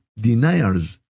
deniers